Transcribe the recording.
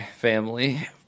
family